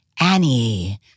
Annie